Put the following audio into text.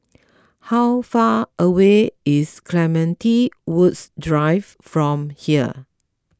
how far away is Clementi Woods Drive from here